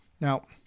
Now